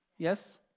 Yes